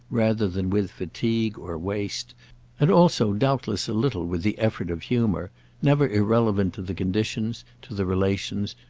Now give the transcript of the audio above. rather than with fatigue or waste and also doubtless a little with the effort of humour never irrelevant to the conditions, to the relations,